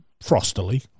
frostily